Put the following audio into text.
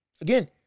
Again